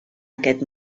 aquest